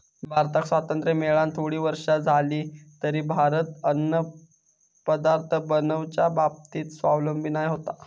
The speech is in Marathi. भारताक स्वातंत्र्य मेळान थोडी वर्षा जाली तरी भारत अन्नपदार्थ बनवच्या बाबतीत स्वावलंबी नाय होतो